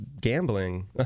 gambling